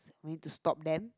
mean to stop them